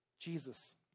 Jesus